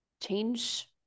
change